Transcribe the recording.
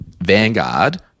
Vanguard